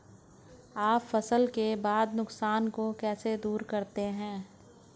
आप फसल के बाद के नुकसान को कैसे दूर करते हैं?